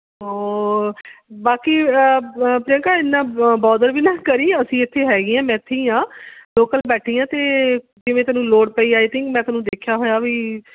ਹੋਰ ਬਾਕੀ ਪ੍ਰਿਯੰਕਾ ਇੰਨਾ ਬੋਦਰ ਵੀ ਨਾ ਕਰੀਂ ਅਸੀਂ ਇੱਥੇ ਹੈਗੇ ਹਾਂ ਮੈਂ ਇੱਥੇ ਹਾਂ ਲੋਕਲ ਬੈਠੀ ਹਾਂ ਅਤੇ ਜਿਵੇਂ ਤੈਨੂੰ ਲੋੜ ਪਈ ਆਈ ਥਿੰਕ ਮੈਂ ਤੈਨੂੰ ਦੇਖਿਆ ਹੋਇਆ ਵੀ